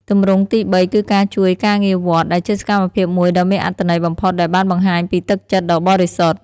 ទម្រង់ទីបីគឺការជួយការងារវត្ត ដែលជាសកម្មភាពមួយដ៏មានអត្ថន័យបំផុតដែលបានបង្ហាញពីទឹកចិត្តដ៏បរិសុទ្ធ។